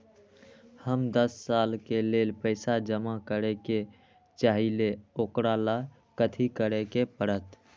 हम दस साल के लेल पैसा जमा करे के चाहईले, ओकरा ला कथि करे के परत?